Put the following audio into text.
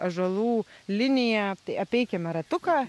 ąžuolų linija tai apeikime ratuką